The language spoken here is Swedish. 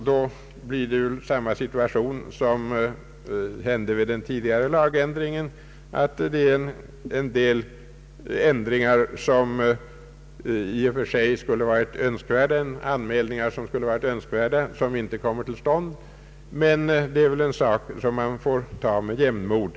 Då uppstår samma situation som vid den tidigare lagändringen, nämligen att anmälningar som i och för sig skulle vara önskvärda inte kommer till stånd. Men det är väl en sak som man får ta med jämnmod.